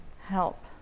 help